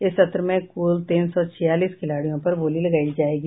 इस सत्र में कुल तीन सौ छियालीस खिलाड़ियों पर बोली लगायी जायेगी